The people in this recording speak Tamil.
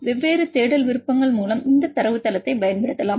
வெவ்வேறு தேடல் விருப்பங்கள் மூலம் இந்த தரவுத்தளத்தைப் பயன்படுத்தலாம்